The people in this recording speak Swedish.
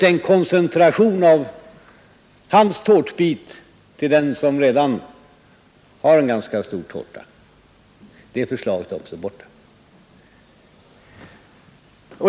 Herr Bohmans tårtbitar koncentreras till dem som redan har en ganska stor tårta. Det förslaget är också borta.